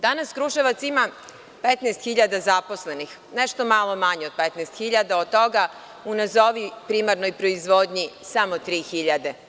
Danas Kruševac ima 15.000 zaposlenih, nešto malo manje od 15.000, od toga, u nazovi primarnoj proizvodnji samo 3.000.